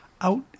out